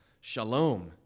shalom